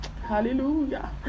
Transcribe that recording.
Hallelujah